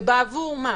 ובעבור מה?